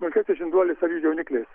mažesniais žinduoliais ar jų jaunikliais